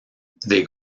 they